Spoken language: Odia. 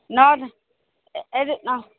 ନ ଟା